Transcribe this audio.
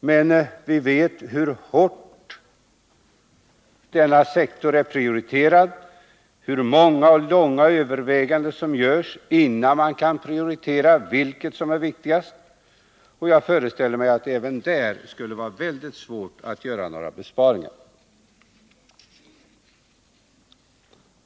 Vi vet emellertid hur hårt denna sektor är prioriterad, hur många och långa överväganden som görs innan man kan besluta vilket som är viktigast, och jag föreställer mig att det även på materielområdet skulle vara mycket svårt att göra några besparingar.